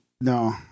No